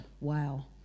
wow